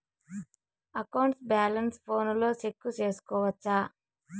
account balance ఫోనులో check సేసుకోవచ్చా